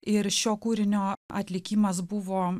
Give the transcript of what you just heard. ir šio kūrinio atlikimas buvo